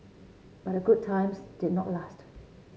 but the good times did not last